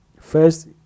First